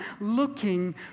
looking